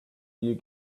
you